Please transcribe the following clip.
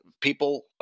people